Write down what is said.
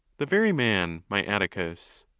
the very man, my atticus.